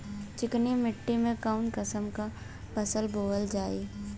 चिकनी मिट्टी में कऊन कसमक फसल बोवल जाई?